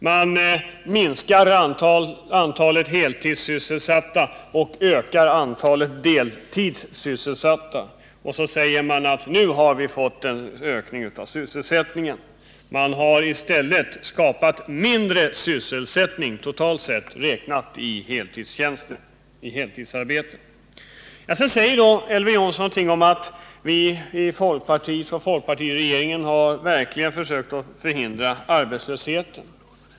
Man minskar antalet heltidssysselsatta och ökar antalet deltidssysselsatta och säger att nu har vi fått en ökning av sysselsättningen. Man har i stället skapat mindre sysselsättning totalt, räknat i heltidsarbeten. Vidare säger Elver Jonsson något om att regeringen och folkpartiet verkligen har försökt förhindra arbetslösheten.